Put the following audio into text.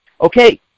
okay